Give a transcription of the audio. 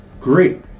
great